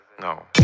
no